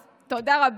אז תודה רבה.